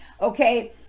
okay